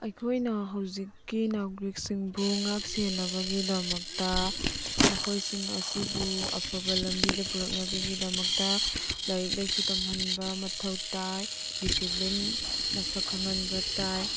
ꯑꯩꯈꯣꯏꯅ ꯍꯧꯖꯤꯛꯀꯤ ꯅꯥꯒ꯭ꯔꯤꯛꯁꯤꯡꯕꯨ ꯉꯥꯛ ꯁꯦꯟꯅꯕꯒꯤꯗꯃꯛꯇ ꯃꯈꯣꯏꯁꯤꯡ ꯑꯁꯤꯕꯨ ꯑꯐꯕ ꯂꯝꯕꯤꯗ ꯄꯨꯔꯛꯅꯕꯒꯤꯗꯃꯛꯇ ꯂꯥꯏꯔꯤꯛ ꯂꯥꯏꯁꯨ ꯇꯝꯍꯟꯕ ꯃꯊꯧ ꯇꯥꯏ ꯗꯤꯁꯤꯕ꯭ꯂꯤꯟ ꯃꯁꯛ ꯈꯪꯍꯟꯕ ꯇꯥꯏ